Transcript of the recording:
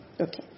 Okay